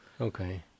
Okay